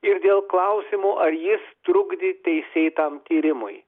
ir dėl klausimo ar jis trukdė teisėtam tyrimui